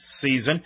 season